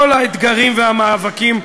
כל האתגרים והמאבקים,